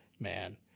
Man